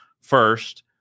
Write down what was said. first